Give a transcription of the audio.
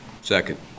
Second